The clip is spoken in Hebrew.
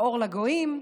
האור לגויים.